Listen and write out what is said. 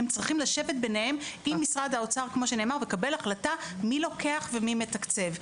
הם צריכים לשבת ביניהם עם משרד האוצר ולקבל החלטה מי לוקח ומי מתקצב.